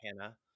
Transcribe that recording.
Hannah